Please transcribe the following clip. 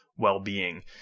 well-being